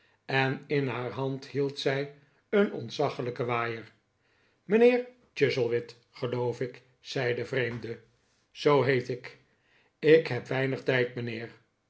en in haar hand hield zij een ontzaglijken waaier mijnheer chuzzlewit geloof ik zei de vreemde zoo heet ik ik heb weinig tijd mijnheer